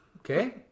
Okay